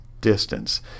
distance